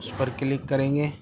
اس پر کلک کریں گے